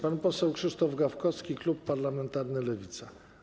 Pan poseł Krzysztof Gawkowski, klub parlamentarny Lewica.